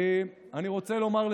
לסיכום, אני רוצה לומר: